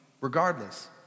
regardless